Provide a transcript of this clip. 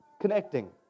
connecting